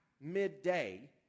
midday